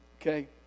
okay